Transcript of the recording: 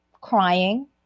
crying